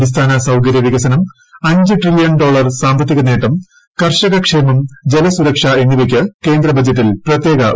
അടിസ്ഥാന സൌകര്യ വിക്സിന്റ് അഞ്ച് ട്രില്യൺ ഡോളർ സാമ്പത്തിക നേട്ടും ്കർഷക ക്ഷേമം ജലസുരക്ഷ എന്നിവയ്ക്ക് ്കേന്ദ്ര ബജറ്റിൽ പ്രത്യേക ഊന്നൽ